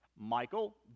Michael